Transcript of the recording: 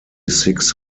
six